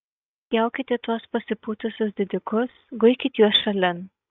spjaukit į tuos pasipūtusius didikus guikit juos šalin